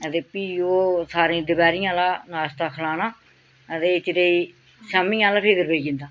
ते फ्ही ओह् सारें दपैह्रीं आह्ला नाश्ता खलाना ते इन्ने चिरें गी शामी आह्ला फिक्र पेई जंदा